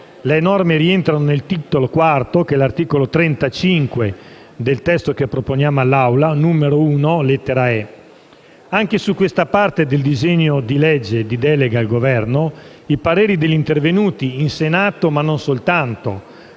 Le norme rientrano nel Titolo IV, che è l'articolo 35 del testo che proponiamo all'Assemblea, numero 1, lettera *e)*. Anche su questa parte del disegno di legge di delega al Governo, i pareri degli intervenuti in Senato (ma non soltanto,